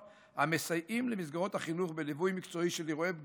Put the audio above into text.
המסייעים למסגרות החינוך בליווי מקצועי באירועי פגיעה,